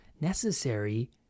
necessary